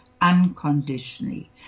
unconditionally